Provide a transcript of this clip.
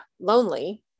lonely